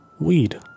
weed